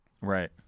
Right